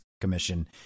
commission